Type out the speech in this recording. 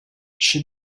she